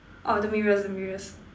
orh the mirrors the mirrors